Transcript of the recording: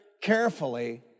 carefully